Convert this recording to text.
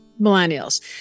millennials